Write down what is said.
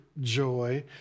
joy